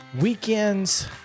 weekend's